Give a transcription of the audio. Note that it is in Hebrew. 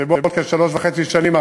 שבעוד כשלוש וחצי שנים,